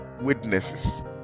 witnesses